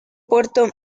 puerto